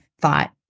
thought